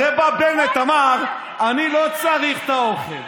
הרי בנט בא ואמר: אני לא צריך את האוכל,